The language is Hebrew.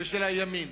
ושל הימין.